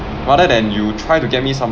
rather than you try to get me some